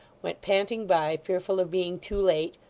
went panting by, fearful of being too late,